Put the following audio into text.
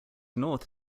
north